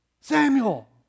Samuel